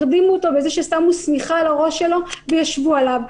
הרדימו אותו בזה ששמו שמיכה על הראש שלו וישבו עליו.